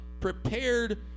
prepared